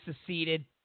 seceded